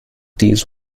these